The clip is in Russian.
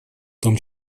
том